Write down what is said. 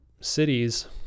cities